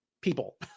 people